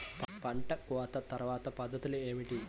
పంట కోత తర్వాత పద్ధతులు ఏమిటి?